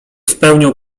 spełnią